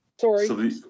sorry